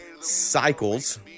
Cycles